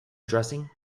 addressing